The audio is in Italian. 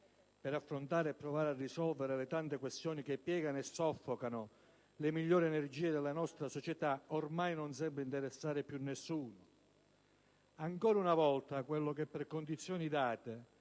per affrontare e provare a risolvere le tante questioni che piegano e soffocano le migliori energie della nostra società, ormai non sembra interessare più nessuno. Ancora una volta, quello che per condizioni date